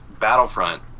battlefront